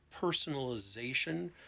personalization